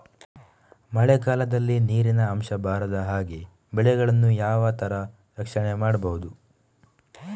ಮಳೆಗಾಲದಲ್ಲಿ ನೀರಿನ ಅಂಶ ಬಾರದ ಹಾಗೆ ಬೆಳೆಗಳನ್ನು ಯಾವ ತರ ರಕ್ಷಣೆ ಮಾಡ್ಬಹುದು?